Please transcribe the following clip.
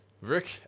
Rick